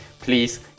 Please